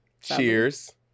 Cheers